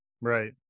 Right